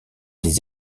des